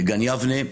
גן יבנה,